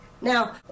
Now